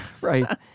right